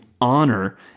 honor